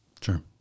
Sure